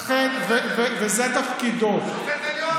לכן, שופט בית משפט עליון אמר שזה בסדר.